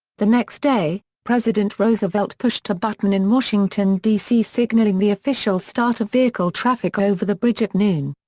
the next day, president roosevelt pushed a button in washington, d c. signaling the official start of vehicle traffic over the bridge at noon.